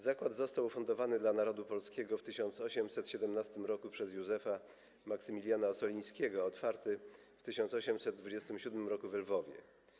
Zakład został ufundowany dla Narodu Polskiego w 1817 roku przez Józefa Maksymiliana Ossolińskiego, a otwarty - w 1827 roku we Lwowie.